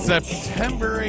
September